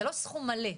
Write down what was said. זה לא סכום מלא.